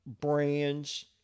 brands